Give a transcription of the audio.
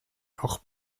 auch